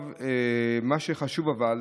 מה שחשוב להבין